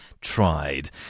tried